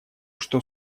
что